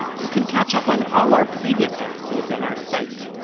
you can catch up on all our previous episodes on our site,